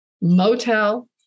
motel